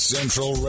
Central